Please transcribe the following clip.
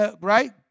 right